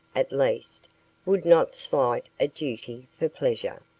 at least would not slight a duty for pleasure.